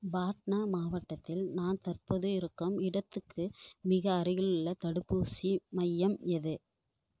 பாட்னா மாவட்டத்தில் நான் தற்போது இருக்கும் இடத்துக்கு மிக அருகிலுள்ள தடுப்பூசி மையம் எது